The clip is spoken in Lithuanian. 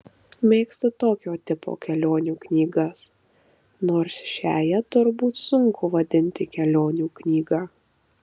mėgstu tokio tipo kelionių knygas nors šiąją turbūt sunku vadinti kelionių knyga